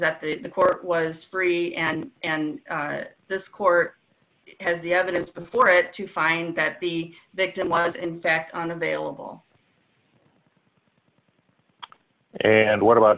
that the court was free and and this court has the evidence before it to find that the victim was in fact unavailable and what about